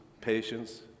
patience